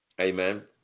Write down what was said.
Amen